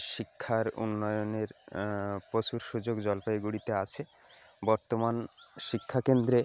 শিক্ষার উন্নয়নের প্রচুর সুযোগ জলপাইগুড়িতে আছে বর্তমান শিক্ষা কেন্দ্রে